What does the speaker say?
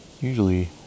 Usually